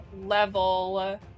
level